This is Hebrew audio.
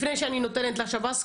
לפני שאני נותנת לשב"ס,